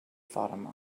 fatima